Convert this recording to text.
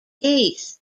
east